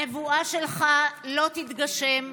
הנבואה שלך לא תתגשם,